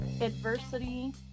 adversity